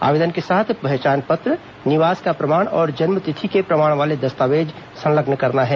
आवेदन के साथ पहचान पत्र निवास का प्रमाण और जन्मतिथि के प्रमाण वाले दस्तावेज संलग्न करना है